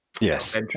Yes